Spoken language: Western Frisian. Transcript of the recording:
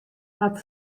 hat